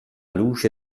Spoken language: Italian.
luce